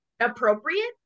Appropriate